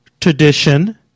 tradition